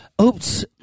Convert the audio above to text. Oops